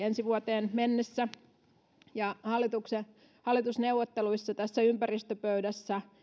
ensi vuoteen mennessä hallitusneuvotteluissa tässä ympäristöpöydässä